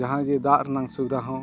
ᱡᱟᱦᱟᱸᱡᱮ ᱫᱟᱜ ᱨᱮᱱᱟᱝ ᱥᱩᱵᱤᱫᱷᱟ ᱦᱚᱸ